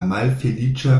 malfeliĉa